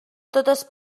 totes